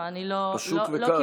פשוט וקל,